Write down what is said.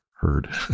heard